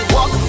Walk